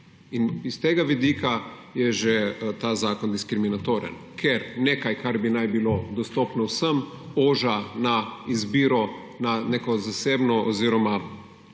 In že s tega vidika je ta zakon diskriminatoren, ker nekaj, kar bi naj bilo dostopno vsem, oži na izbiro na neko zasebno oziroma